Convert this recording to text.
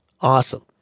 Awesome